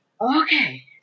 okay